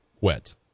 wet